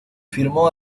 firmó